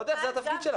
זה התפקיד שלך.